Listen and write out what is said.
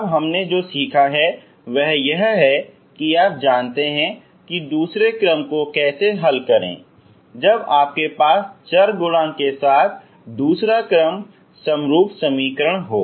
अब तक हमने जो सीखा है वह यह है कि आप जानते हैं कि दूसरे क्रम को कैसे हल करें जब आपके पास चर गुणांक के साथ दूसरा क्रम समरूप समीकरण हो